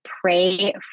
Pray